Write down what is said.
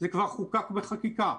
זה כבר חוקק בחקיקה.